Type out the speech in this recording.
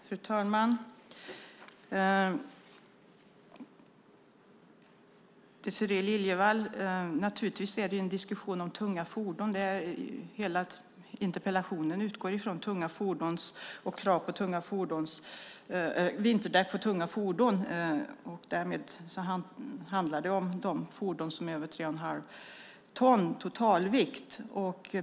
Fru talman! Det är naturligtvis en diskussion om tunga fordon, Désirée Liljevall. Det är det hela interpellationen utgår från: krav på vinterdäck på tunga fordon. Därmed handlar det om de fordon som har en totalvikt på över tre och ett halvt ton.